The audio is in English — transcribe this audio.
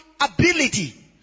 ability